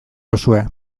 duzue